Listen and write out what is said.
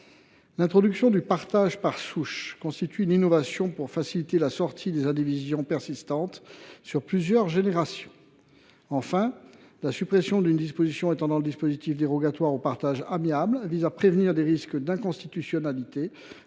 l’introduction du partage par souche constituerait une innovation qui faciliterait la sortie des indivisions persistant sur plusieurs générations. Enfin, en supprimant la disposition étendant le dispositif dérogatoire au partage amiable, on se prémunirait des risques d’inconstitutionnalité